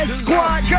squad